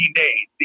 days